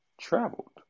traveled